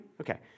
Okay